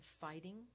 fighting